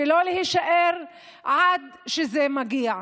ולא להישאר עד שזה מגיע.